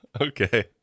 okay